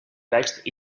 text